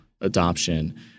adoption